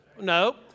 No